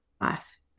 life